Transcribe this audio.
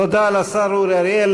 תודה לשר אורי אריאל.